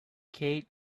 kate